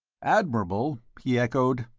admirable? he echoed.